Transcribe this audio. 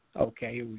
Okay